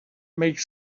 makes